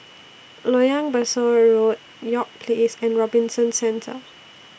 Loyang Besar Road York Place and Robinson Centre